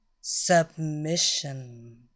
Submission